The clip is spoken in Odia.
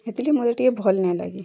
ହେତିକି ମୋତେ ଟିକେ ଭଲ୍ ନାଇଁଲାଗେ